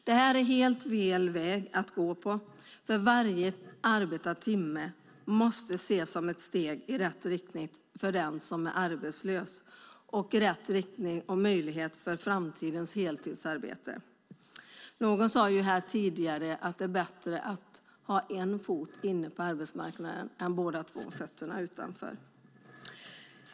Det är helt fel väg att gå då varje arbetad timme måste ses som ett steg i rätt riktning för den som är arbetslös och möjlighet för framtida heltidsarbete. Någon sade här tidigare att det är bättre att ha en fot inne på arbetsmarknaden än båda fötterna utanför.